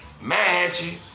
Magic